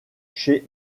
chez